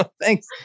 thanks